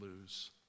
lose